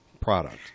product